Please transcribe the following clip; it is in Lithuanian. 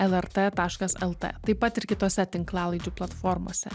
lrt taškas lt taip pat ir kitose tinklalaidžių platformose